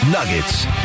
Nuggets